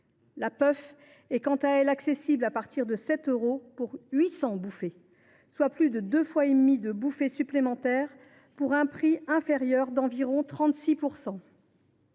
La puff est, quant à elle, accessible à partir de 7 euros pour 800 bouffées, soit plus de deux fois et demie de bouffées supplémentaires, pour un prix inférieur d’environ 36 %.